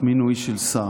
מינוי של שר.